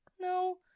No